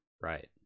right